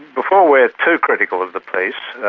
before we're too critical of the police,